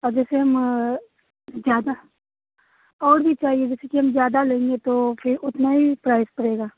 और जैसे हम ज़्यादा और भी चाहिए जैसे कि हम ज़्यादा लेंगे तो फिर उतना ही प्राइस पड़ेगा